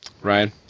Ryan